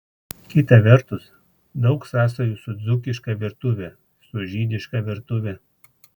kita vertus daug sąsajų su dzūkiška virtuve su žydiška virtuve